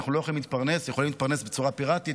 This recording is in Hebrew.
אנחנו לא יכולים להתפרנס יכולים להתפרנס בצורה פיראטית,